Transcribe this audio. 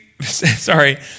sorry